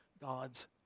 God's